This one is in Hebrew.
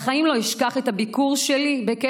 בחיים לא אשכח את הביקור שלי בכלא